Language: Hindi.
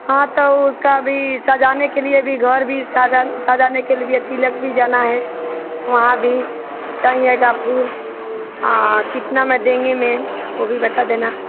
हाँ तो उसका भी सजाने के लिए भी घर भी सजाने के लिए भी और तिलक भी जाना है वहाँ भी चाहिएगा फूल और कितना में देंगी मैम वो भी बता देना